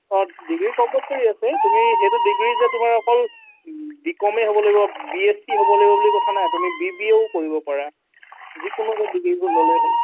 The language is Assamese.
অ ডিগ্ৰী কম্পালচৰি আছে তুমি সেইটো ডিগ্ৰী যে তোমাৰ অকল বিকমে হ'ব লাগিব বিএছচি হ'ব লাগিব বুলি কথা নাই তুমি বিবিএও কৰিব পাৰা যিকোনো এটা ডিগ্ৰী ল'লে হ'ল